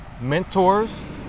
mentors